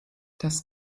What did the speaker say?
das